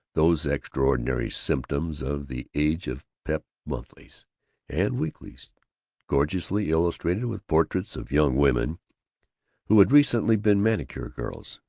those extraordinary symptoms of the age of pep-monthlies and weeklies gorgeously illustrated with portraits of young women who had recently been manicure girls,